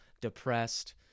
depressed